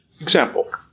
Example